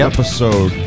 Episode